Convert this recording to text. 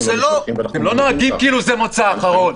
--- אתם לא נוהגים כאילו זה מוצא אחרון.